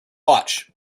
watch